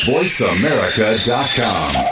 VoiceAmerica.com